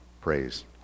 Praise